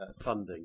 funding